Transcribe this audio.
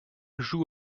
joue